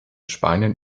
spaniern